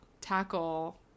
tackle